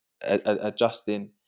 adjusting